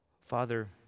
Father